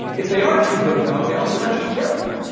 if they are too big though, they also got to be careful.